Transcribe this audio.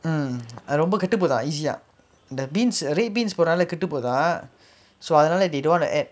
அது ரொம்ப கெட்டு போதா:athu romba kettu pothaa easy ah அந்த:antha beans red beans போடுரதால கெட்டு போதா:podurathala kettu pothaa so அதுநால:athunaala they don't wanna add